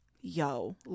yo